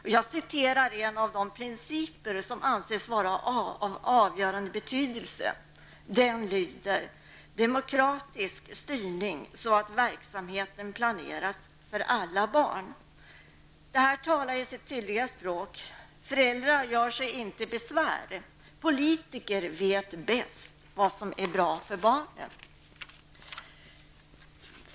En av de tre principer som där anses vara av avgörande betydelse lyder: Demokratisk styrning så att verksamheten planeras för alla barn. Detta talar sitt tydliga språk. Föräldrar göre sig inte besvär. Politiker vet bäst vad som är bra för barnen.